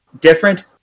Different